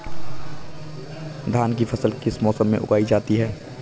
धान की फसल किस मौसम में उगाई जाती है?